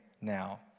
now